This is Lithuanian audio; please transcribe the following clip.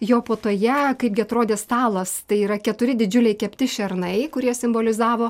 jo puotoje kaipgi atrodė stalas tai yra keturi didžiuliai kepti šernai kurie simbolizavo